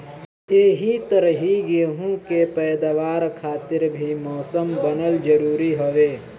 एही तरही गेंहू के पैदावार खातिर भी मौसम बनल जरुरी हवे